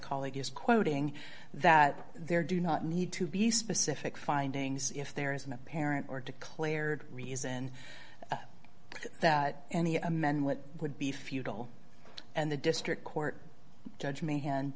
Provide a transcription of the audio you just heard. colleague is quoting that there do not need to be specific findings if there is an apparent or declared reason that any amendment would be futile and the district court judge may hand